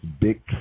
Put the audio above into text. big